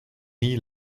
nie